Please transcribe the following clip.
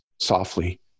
softly